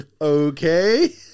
okay